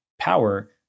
power